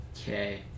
Okay